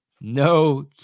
no